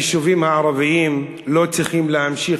היישובים הערביים לא צריכים להמשיך